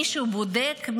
מישהו בודק?